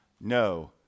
no